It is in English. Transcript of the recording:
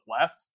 left